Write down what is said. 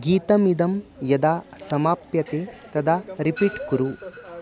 गीतमिदं यदा समाप्यते तदा रिपीट् कुरु